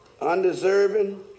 Undeserving